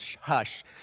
hush